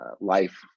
life